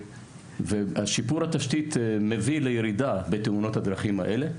ושיפור התשתית מביא לירידה בתאונות הדרכים האלה,